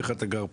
איך אתה גר פה.